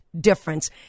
difference